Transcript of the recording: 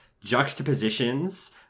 juxtapositions